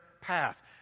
path